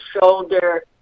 shoulder